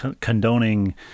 condoning